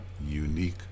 unique